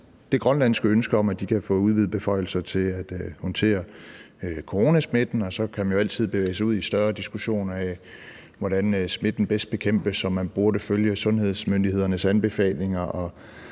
det grønlandske ønske om, at de kan få udvidede beføjelser til at håndtere coronasmitten. Så kan man jo altid bevæge sig ud i større diskussioner af, hvordan smitten bedst bekæmpes, om man burde følge sundhedsmyndighedernes anbefalinger